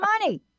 money